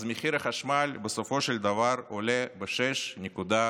אז מחיר החשמל בסופו של דבר עולה ב-6.7%,